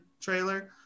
trailer